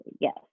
Yes